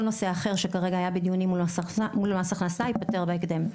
נושא אחר שכרגע היה בדיונים מול מס הכנסה ייפתר בהקדם.